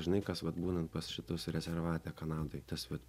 žinai kas vat būnant pas šitus rezervate kanadoje tas vat